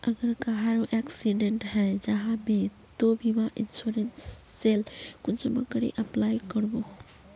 अगर कहारो एक्सीडेंट है जाहा बे तो बीमा इंश्योरेंस सेल कुंसम करे अप्लाई कर बो?